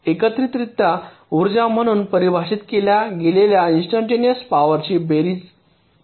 एकत्रितता ऊर्जा म्हणून परिभाषित केल्या गेलेल्या इन्स्टंटनेअस पॉवरचे बेरीज काय आहे